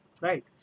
right